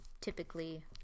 typically